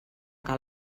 que